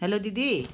hello दिदी